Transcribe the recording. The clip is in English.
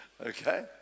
Okay